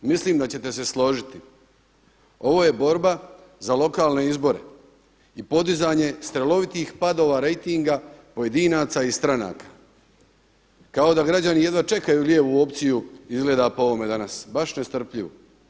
I mislim da ćete se složiti, ovo je borba za lokalne izbore i podizanje strelovitih padova rejtinga pojedinaca i stranaka kao da građani jedva čekaju lijevu opciju izgleda po ovome dana, baš nestrpljivo.